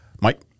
Mike